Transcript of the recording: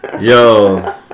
Yo